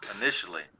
initially